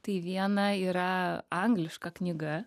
tai viena yra angliška knyga